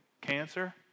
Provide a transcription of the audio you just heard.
Cancer